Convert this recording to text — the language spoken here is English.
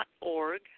org